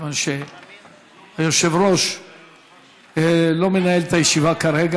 מכיוון שהיושב-ראש לא מנהל את הישיבה כרגע,